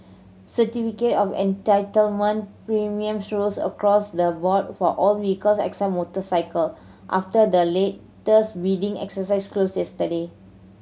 certificate of Entitlement premiums rose across the board for all vehicles except motorcycle after the latest bidding exercise closed yesterday